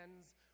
hands